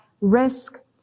risk